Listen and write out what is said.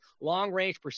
long-range